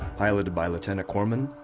piloted by lieutenant corman,